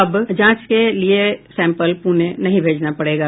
अब जांच के लिये सैंपल को पुणे नहीं भेजना पड़ेगा